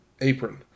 apron